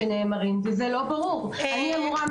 אגב,